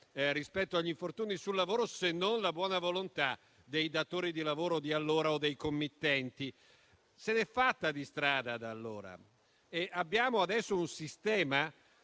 rispetto agli infortuni sul lavoro, se non la buona volontà dei datori di lavoro di allora o dei committenti. Se n'è fatta di strada da allora e abbiamo adesso un sistema